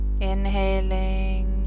Inhaling